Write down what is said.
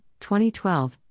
2012